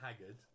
haggard